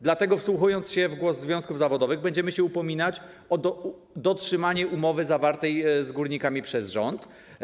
Dlatego, wsłuchując się w głos związków zawodowych, będziemy się upominać o dotrzymanie umowy zawartej z górnikami przez rząd.